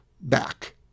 back